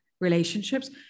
relationships